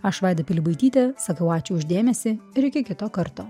aš vaida pilibaitytė sakau ačiū už dėmesį ir iki kito karto